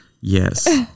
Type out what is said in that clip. Yes